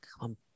Come